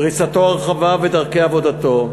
פריסתו הרחבה ודרכי עבודתו.